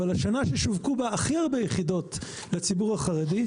אבל השנה ששווקו בה הכי הרבה יחידות לציבור החרדי,